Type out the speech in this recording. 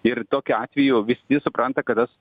ir tokiu atveju visi supranta kad tas